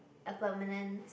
a permanent